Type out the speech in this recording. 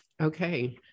Okay